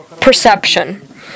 perception